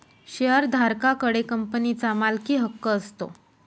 शेअरधारका कडे कंपनीचा मालकीहक्क असतो